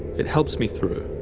it helps me through.